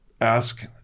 ask